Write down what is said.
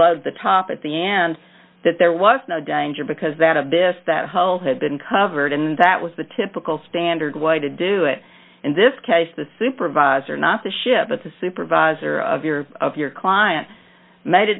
love the top at the end that there was no danger because that abyss that hole had been covered and that was the typical standard way to do it in this case the supervisor not the ship but the supervisor of your of your client made a